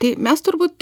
tai mes turbūt